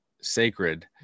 Sacred